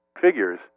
figures